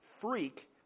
freak